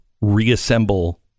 reassemble